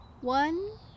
One